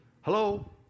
Hello